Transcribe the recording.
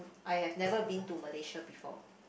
I have never been to Malaysia before